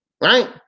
right